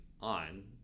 on